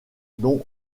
dont